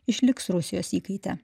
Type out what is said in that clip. išliks rusijos įkaite